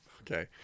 Okay